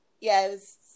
Yes